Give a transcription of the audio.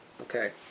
Okay